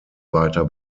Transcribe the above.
weiter